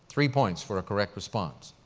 three points for a correct response.